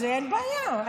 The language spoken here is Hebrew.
אין בעיה,